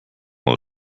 will